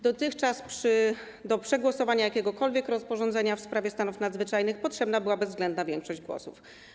Dotychczas do przegłosowania jakiegokolwiek rozporządzenia w sprawie stanów nadzwyczajnych potrzebna była bezwzględna większość głosów.